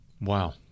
Wow